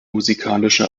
musikalische